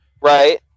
Right